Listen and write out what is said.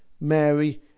Mary